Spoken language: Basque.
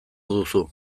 duzu